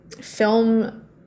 film